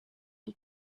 die